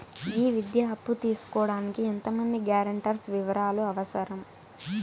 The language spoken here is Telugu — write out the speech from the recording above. ఈ విద్యా అప్పు తీసుకోడానికి ఎంత మంది గ్యారంటర్స్ వివరాలు అవసరం?